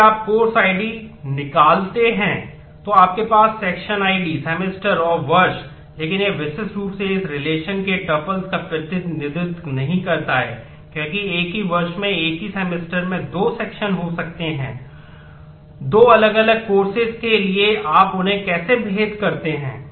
यदि आप course id निकालते हैं तो आपके पास sec id सेमेस्टर के लिए आप उन्हें कैसे भेद करते हैं